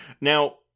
Now